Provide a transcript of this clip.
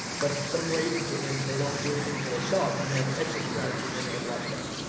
but some wait and and they they don't do anything until they ell it and they have an exit strategy. and then they have a lot of cash.